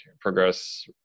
progress